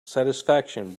satisfaction